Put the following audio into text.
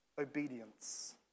obedience